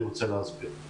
אני רוצה להסביר.